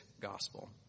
gospel